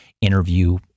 interview